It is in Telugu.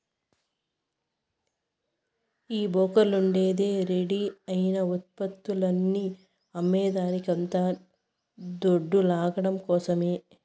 ఈ బోకర్లుండేదే రెడీ అయిన ఉత్పత్తులని అమ్మేదానికి కొంత దొడ్డు లాగడం కోసరమే